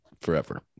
forever